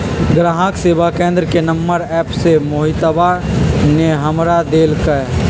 ग्राहक सेवा केंद्र के नंबर एप्प से मोहितवा ने हमरा देल कई